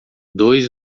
dois